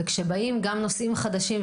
כשבאים גם נושאים חדשים,